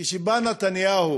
כשבאים נתניהו